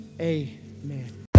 amen